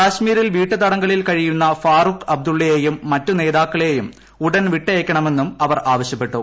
കശ്മീരിൽ വീട്ടു തടങ്കലിൽ ഫാറൂഖ് അബ്ദുള്ളയെയും മറ്റ് ക്നേതാക്കളെയും ഉടൻ വിട്ടയയ്ക്കണമെന്നും അവർ ആവശ്യപ്പെട്ടു